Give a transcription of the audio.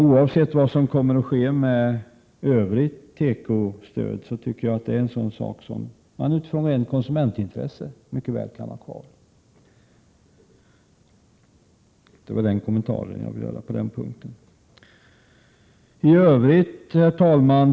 Oavsett vad som kommer att ske med övrigt tekostöd tycker jag att det är en sådan sak som man utifrån rent konsumentintresse mycket väl kan ha kvar. Det var den kommentar jag ville göra på den punkten. Herr talman!